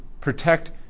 protect